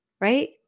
Right